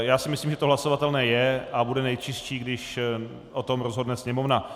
Já si myslím, že to hlasovatelné je a bude nejčistší, když o tom rozhodne Sněmovna.